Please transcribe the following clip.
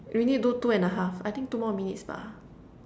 we need do two and a half I think two more minutes bah